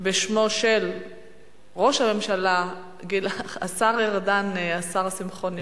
בשמו של ראש הממשלה השר ארדן, השר שמחון ישיב,